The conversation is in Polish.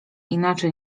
inaczej